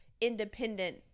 independent